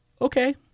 Okay